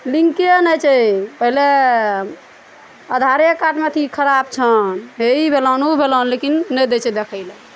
लिंके नहि छै पहिले आधारे कार्डमे अथी खराब छैन हे भेलन उ भेलन लेकिन नै दै छै देखै लऽ